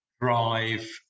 drive